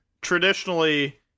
Traditionally